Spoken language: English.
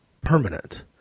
permanent